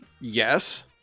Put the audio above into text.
Yes